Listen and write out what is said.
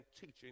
teaching